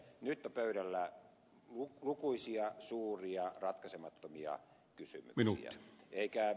nyt on pöydällä lukuisia suuria ratkaisemattomia kysymyksiä